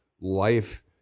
life